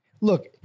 look